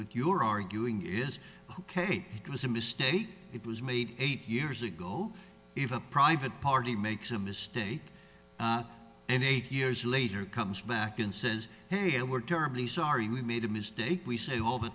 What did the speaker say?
but you're arguing is ok it was a mistake it was made eight years ago if a private party makes a mistake and eight years later comes back and says hey we're terribly sorry we made a mistake we say all the